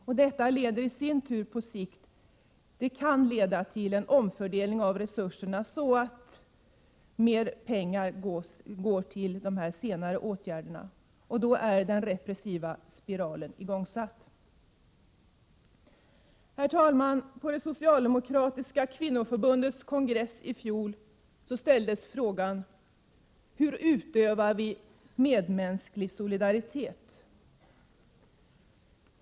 Detta kan i sin tur på sikt leda till en omfördelning av resurserna, så att mera pengar går till de senare åtgärderna, och då är den repressiva spiralen igångsatt. Herr talman! På det socialdemokratiska kvinnoförbundets kongress i fjol ställdes frågan: Hur utövar vi medmänsklig solidaritet?